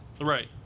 Right